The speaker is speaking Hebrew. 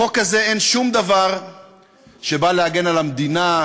בחוק הזה אין שום דבר שבא להגן על המדינה,